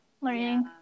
learning